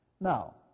Now